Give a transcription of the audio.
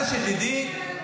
אני --- גברתי השרה,